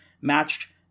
matched